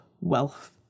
wealth